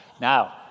Now